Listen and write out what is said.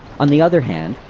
on the other hand,